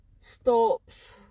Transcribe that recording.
stops